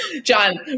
John